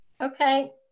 Okay